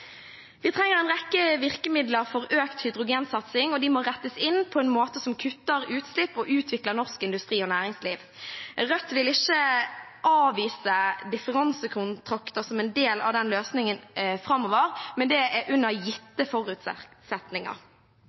Vi trenger en rekke virkemidler for økt hydrogensatsing, og de må rettes inn på en måte som kutter utslipp og utvikler norsk industri og næringsliv. Rødt vil ikke avvise differansekontrakter som en del av den løsningen framover, men det er under gitte forutsetninger.